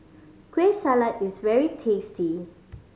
Kueh Salat is very tasty